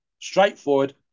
straightforward